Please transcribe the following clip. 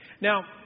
Now